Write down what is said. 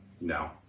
No